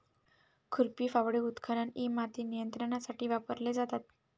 खुरपी, फावडे, उत्खनन इ माती नियंत्रणासाठी वापरले जातात